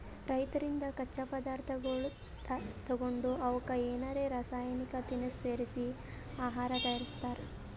ರೈತರಿಂದ್ ಕಚ್ಚಾ ಪದಾರ್ಥಗೊಳ್ ತಗೊಂಡ್ ಅವಕ್ಕ್ ಏನರೆ ರಾಸಾಯನಿಕ್ ತಿನಸ್ ಸೇರಿಸಿ ಆಹಾರ್ ತಯಾರಿಸ್ತಾರ್